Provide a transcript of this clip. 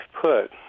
put